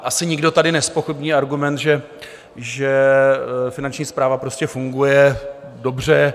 Asi nikdo tady nezpochybní argument, že Finanční správa funguje dobře.